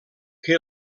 que